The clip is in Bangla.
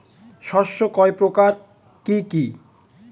শস্য কয় প্রকার কি কি?